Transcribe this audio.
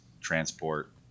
transport